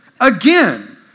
again